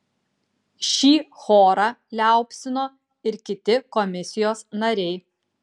šį chorą liaupsino ir kiti komisijos nariai